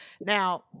Now